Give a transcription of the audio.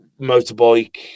motorbike